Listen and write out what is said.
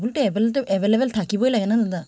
হওঁতে এভেইলেবল থাকিবই লাগে ন দাদা